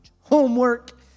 homework